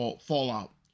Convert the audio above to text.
fallout